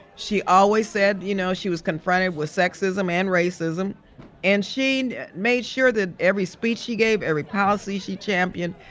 she always said, you know she was confronted with sexism and racism and she and made sure that every speech she gave, every policy she championed,